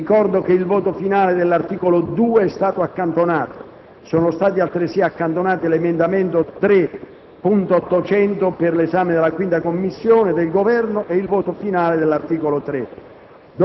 Ricordo che il voto finale dell'articolo 2 è stato accantonato. Sono stati altresì accantonati l'emendamento 3.800 del Governo, per l'esame da parte della 5a Commissione, e il voto finale dell'articolo 3.